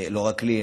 לא רק לי,